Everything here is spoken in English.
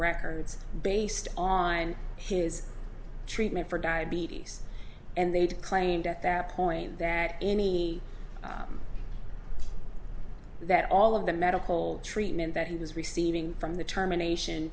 records based on his treatment for diabetes and they'd claimed at that point that any that all of the medical treatment that he was receiving from the termination